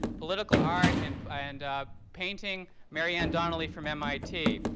political art and ah and painting, marianne donnelly from mit.